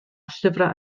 llyfrau